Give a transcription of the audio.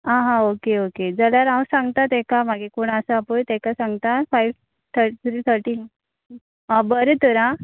आ हा okay okay जाल्यार हांव सांगता तेका मागे कोण आसा पळय तेका सांगता फायव्ह थट् त्री थटी आ बरें तर आ